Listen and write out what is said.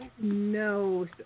no